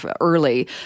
early